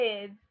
kids